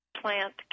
plant